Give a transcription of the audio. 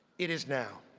it is now!